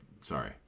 sorry